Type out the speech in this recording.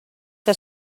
que